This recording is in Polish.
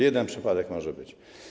Jeden przypadek może być.